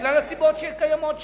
בגלל הסיבות שקיימות שם.